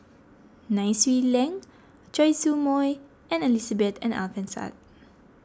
Nai Swee Leng Choy Su Moi and Elizabeth and Alfian Sa'At